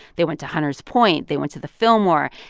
they went to hunters point. they went to the fillmore.